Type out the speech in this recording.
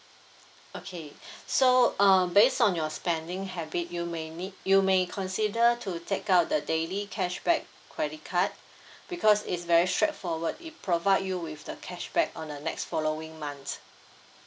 okay so um based on your spending habit you may need you may consider to take out the daily cashback credit card because it's very straightforward it provide you with the cashback on the next following months